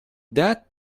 that